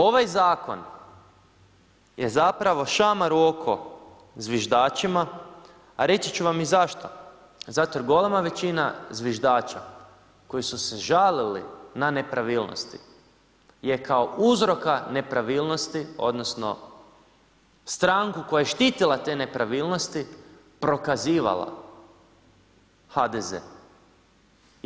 Ovaj zakon, je zapravo šamar u oko zviždačima a reći ću vam i zašto, zato jer golema većina zviždača koji su se žalili na nepravilnosti, je kao uzorka nepravilnosti, onda, stranku koja je štitila te nepravilnosti, prokazivala HDZ.